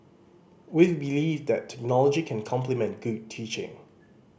we believe that technology can complement good teaching